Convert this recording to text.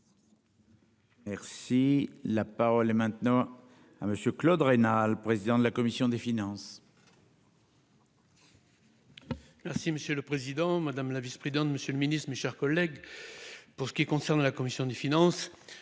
Merci la parole est maintenant à monsieur Claude Raynal, président de la commission des finances. Merci monsieur le président, madame la vice-président de monsieur le Ministre, mes chers collègues. Pour ce qui concerne la commission des finances.